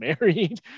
married